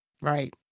Right